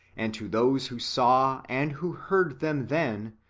and to those who saw and who heard them then,